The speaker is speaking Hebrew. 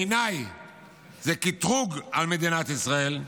בעיניי זה קטרוג על מדינת ישראל.